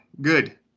Good